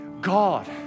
God